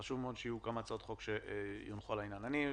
חשוב שיהיו כמה הצעות חוק שיונחו על העניין.